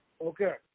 okay